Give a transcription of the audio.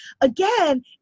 Again